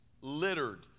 littered